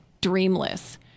dreamless